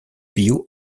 bio